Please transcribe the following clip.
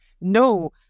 No